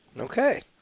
Okay